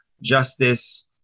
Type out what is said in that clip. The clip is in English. justice